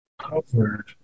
Covered